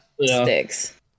sticks